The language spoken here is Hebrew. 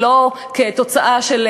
ולא כתוצאה של,